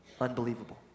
unbelievable